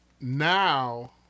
now